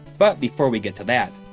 but before we get to that,